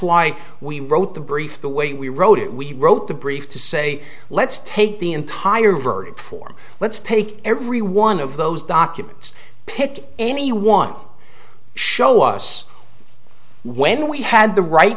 why we wrote the brief the way we wrote it we wrote the brief to say let's take the entire verdict form let's take every one of those documents pick any one show us when we had the right